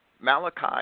Malachi